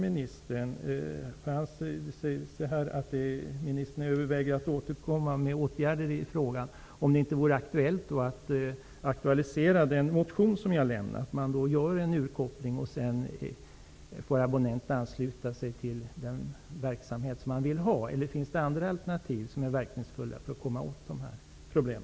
Ministern säger att han överväger åtgärder i frågan. Jag vill därför fråga om det inte vore läge att aktualisera den motion som jag har väckt, innebärande att man gör en urkoppling och att abonnenten sedan får ansluta sig till den service som hon eller han vill ha. Finns det möjligen andra verkningsfulla alternativ för att komma till rätta med dessa problem?